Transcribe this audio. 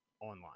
online